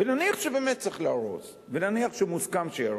ונניח שבאמת צריך להרוס, ונניח שמוסכם שיהרסו.